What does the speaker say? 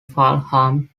fulham